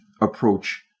approach